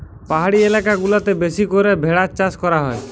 পাহাড়ি এলাকা গুলাতে বেশি করে ভেড়ার চাষ করা হয়